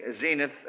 Zenith